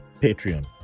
Patreon